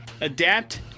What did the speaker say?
adapt